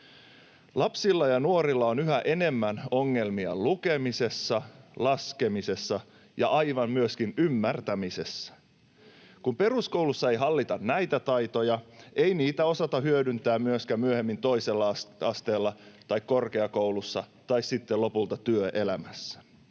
Lapsilla ja nuorilla on yhä enemmän ongelmia lukemisessa, laskemisessa ja aivan myöskin ymmärtämisessä. Kun peruskoulussa ei hallita näitä taitoja, ei niitä osata hyödyntää myöskään myöhemmin toisella asteella tai korkeakoulussa tai sitten lopulta työelämässä.